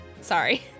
Sorry